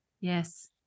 Yes